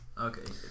Okay